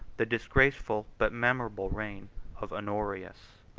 the disgraceful, but memorable, reign of honorius.